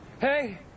Hey